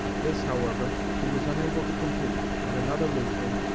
this, however, he was unable to complete and another lutheran,